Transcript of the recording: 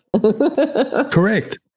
Correct